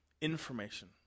information